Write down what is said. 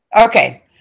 okay